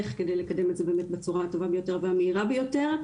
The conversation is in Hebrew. על מנת לקדם את זה באמת בצורה הטובה ביותר והמהירה ביותר.